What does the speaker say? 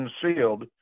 concealed